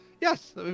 Yes